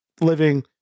living